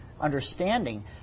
understanding